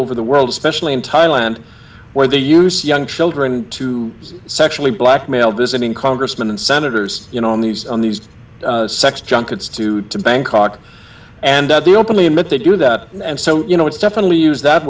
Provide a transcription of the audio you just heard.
over the world especially in thailand where they use young children to sexually blackmail visiting congressmen and senators you know on these on these sex junkets to to bangkok and the openly and that they do that and so you know it's definitely used that